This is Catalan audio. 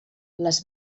les